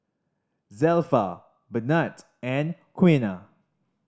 Zelpha Bernard and Quiana